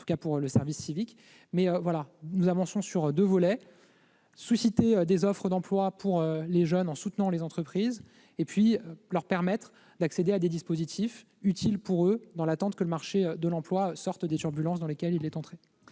du moins pour le service civique. Nous avançons sur deux volets : susciter des offres d'emploi en soutenant les entreprises et permettre aux jeunes d'accéder à des dispositifs utiles pour eux dans l'attente que le marché de l'emploi sorte des turbulences dans lesquelles il est entré.